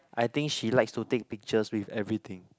I think she likes to take pictures with everything